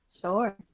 Sure